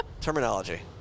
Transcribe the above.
terminology